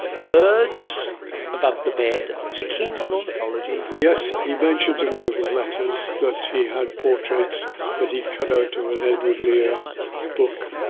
birds above the bed, was he keen on ornithology? yes, he mentions in one of his letters that he had portraits that he had cut out of an edward lear book,